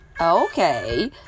Okay